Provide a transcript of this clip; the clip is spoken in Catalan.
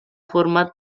format